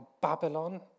Babylon